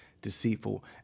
deceitful